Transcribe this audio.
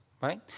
right